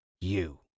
You